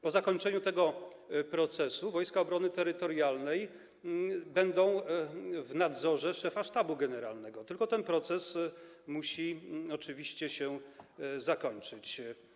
Po zakończeniu tego procesu Wojska Obrony Terytorialnej będą w nadzorze szefa Sztabu Generalnego, tylko ten proces musi się oczywiście zakończyć.